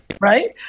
Right